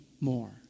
more